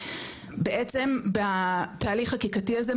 בעצם בתהליך החקיקתי הזה,